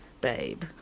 babe